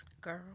Girl